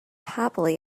happily